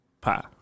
pie